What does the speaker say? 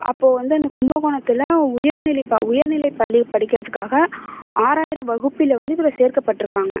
அப்போ வந்து அந்த கும்பகோணத்தில் உயர்நிலை ப உயர்நிலை பள்ளி படிக்கிறதுக்காக ஆறாயிரம் வகுப்பில் வந்து இவரை சேர்க்கப்பட்ருக்காங்க